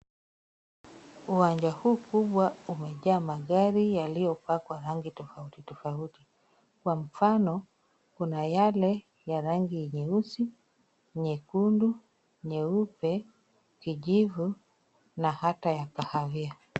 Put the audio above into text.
Uwanja huu mkubwa umejaa magari yaliyopakwa rangi tofauti tofauti. Kwa mfano, kuna yale ya rangi ya nyeusi, nyekundu, nyeupe, kijivu na hata ya kahawia.